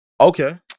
okay